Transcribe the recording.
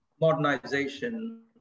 modernization